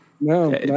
No